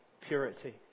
purity